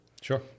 sure